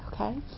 Okay